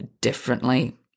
differently